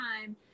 time